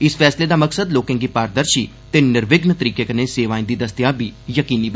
इस फैसले दा मकसद लोकें गी पारदर्शी ते र्निविघ्न तरीके कन्नै सेवाएं दी दस्तयाबी करोआना ऐ